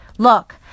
Look